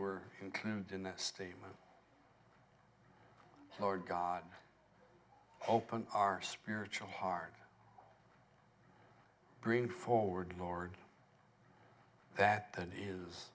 were included in that statement lord god open our spiritual heart bring forward lord that that is